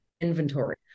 inventory